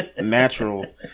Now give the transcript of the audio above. natural